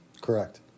Correct